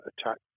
attack